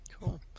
Cool